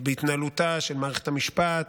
בהתנהלותה של מערכת המשפט,